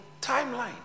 timeline